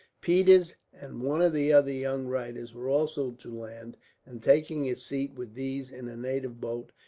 peters and one of the other young writers were also to land and, taking his seat with these in a native boat,